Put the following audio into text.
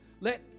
Let